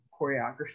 choreography